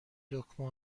دکمه